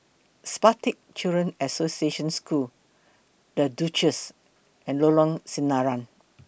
Spastic Children's Association School The Duchess and Lorong Sinaran